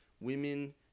women